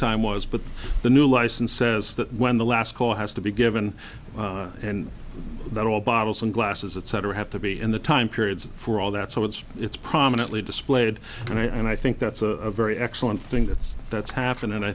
time was but the new license says that when the last call has to be given and that all bottles and glasses etc have to be in the time periods for all that so it's it's prominently displayed and i think that's a very excellent thing that's that's happened and i